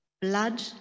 blood